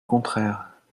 contraire